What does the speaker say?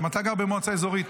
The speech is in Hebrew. גם אתה גר במועצה אזורית?